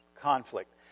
conflict